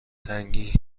تنگی